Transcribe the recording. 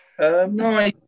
No